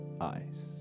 eyes